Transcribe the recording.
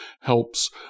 helps